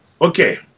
Okay